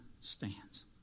stands